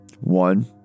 One